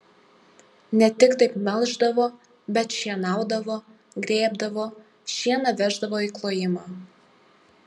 ne tik taip melždavo bet šienaudavo grėbdavo šieną veždavo į klojimą